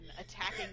attacking